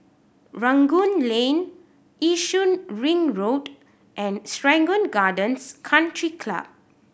Rangoon Lane Yishun Ring Road and Serangoon Gardens Country Club